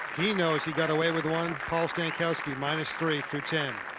he knows he got away with one paul stankowski minus three through ten.